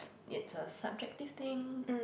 it's a subjective thing